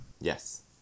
Yes